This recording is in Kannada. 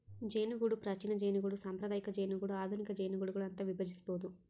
ಜೇನುಗೂಡು ಪ್ರಾಚೀನ ಜೇನುಗೂಡು ಸಾಂಪ್ರದಾಯಿಕ ಜೇನುಗೂಡು ಆಧುನಿಕ ಜೇನುಗೂಡುಗಳು ಅಂತ ವಿಭಜಿಸ್ಬೋದು